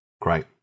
Great